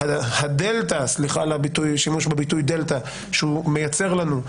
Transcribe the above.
הדלתא שהתו הירוק מייצר לנו,